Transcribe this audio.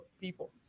people